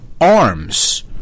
arms